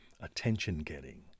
attention-getting